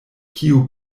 kiu